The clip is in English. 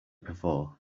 before